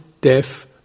deaf